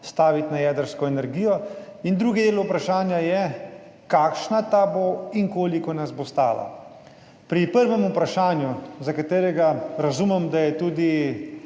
staviti na jedrsko energijo, in drugi del vprašanja je, kakšna ta bo in koliko nas bo stala. Prvo vprašanje, za katero razumem, da mu je tudi